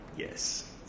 Yes